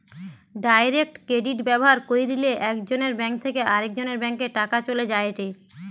direct credit ব্যবহার কইরলে একজনের ব্যাঙ্ক থেকে আরেকজনের ব্যাংকে টাকা চলে যায়েটে